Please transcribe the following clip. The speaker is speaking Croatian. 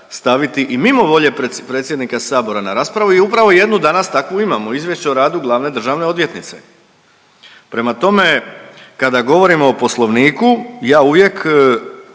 staviti i mimo volje predsjednika Sabora na raspravu i upravo je jednu danas takvu imamo Izvješće o radu glavne državne odvjetnice. Prema tome, kada govorimo o Poslovniku ja uvijek